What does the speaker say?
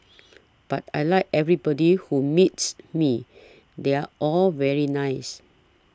but I like everybody who meets me they're all very nice